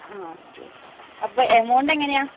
ആ ഒക്കെ അപ്പോൾ എമൗണ്ട് എങ്ങനെയാണ്